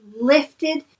lifted